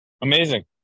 amazing